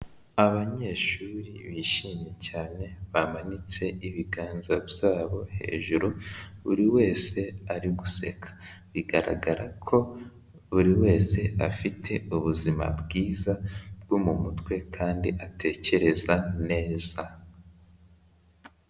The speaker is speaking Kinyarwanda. Abanyeshuri bishimye cyane bamanitse ibiganza byabo hejuru buri wese ari guseka, bigaragara ko buri wese afite ubuzima bwiza bwo mu mutwe kandi atekereza neza.